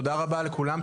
תודה רבה לכולם,